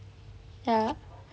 ya